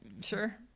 Sure